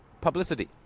publicity